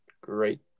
great